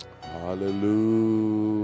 Hallelujah